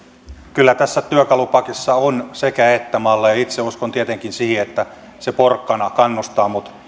kyllä tässä työkalupakissa on sekä että malleja itse uskon tietenkin siihen että se porkkana kannustaa mutta